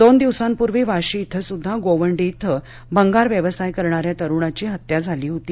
दोन दिवसांपूर्वी वाशी इथं सुद्धा गोवंडी इथं भंगार व्यवसाय करणा या तरुणाची हत्या झाली होती